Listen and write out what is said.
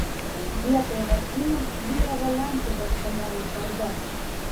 vietoj lotynų vyravo lenkų dėstomoji kalba